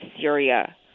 Syria